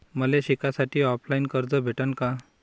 मले शिकासाठी ऑफलाईन कर्ज भेटन का?